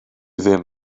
ddim